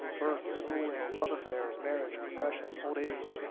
birth, schooling, love affairs, marriage, profession, old age,